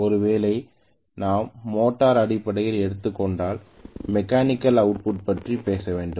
ஒருவேளை நாம் மோட்டார் அடிப்படையில் எடுத்துக் கொண்டால் மெக்கானிக்கல் அவுட்புட் பற்றி பேச வேண்டும்